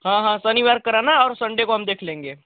हाँ हाँ सनिवार कर आना और संडे को हम देख लेंगे